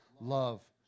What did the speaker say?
love